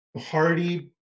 Hardy